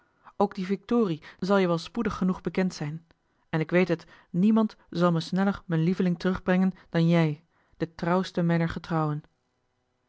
ook die victorie zal je wel spoedig genoeg bekend zijn en ik weet het joh h been paddeltje de scheepsjongen van michiel de ruijter niemand zal me sneller m'n lieveling terugbrengen dan jij de trouwste mijner getrouwen